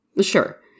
sure